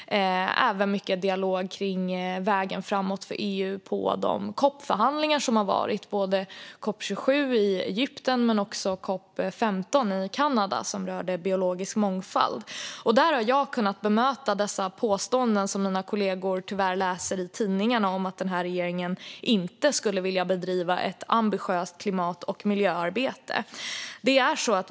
Vi har även mycket dialog om vägen framåt för EU på COP-förhandlingarna, på COP 27 i Egypten men också på COP 15 i Kanada, som rörde biologisk mångfald. Där har jag kunnat bemöta de påståenden som mina kollegor tyvärr läser i tidningarna om att den här regeringen inte skulle vilja bedriva ett ambitiöst klimat och miljöarbete.